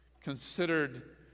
considered